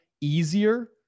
easier